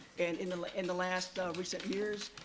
and in the in the last recent years,